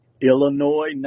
Illinois